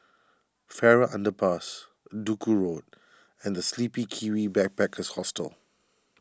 Farrer Underpass Duku Road and the Sleepy Kiwi Backpackers Hostel